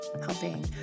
helping